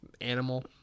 animal